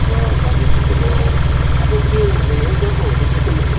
अँ पाँच दिन जस्तो भयो अन्त त्यो एङ्करको हो भने त त्यस्तो